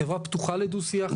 החברה פתוחה לדו שיח.